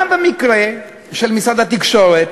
גם במקרה של משרד התקשורת,